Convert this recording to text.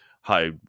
high